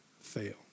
fail